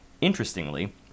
Interestingly